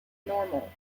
normal